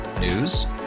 News